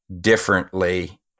differently